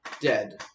dead